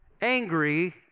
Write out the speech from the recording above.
angry